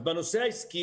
אז בנושא העסקי,